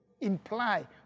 imply